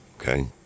okay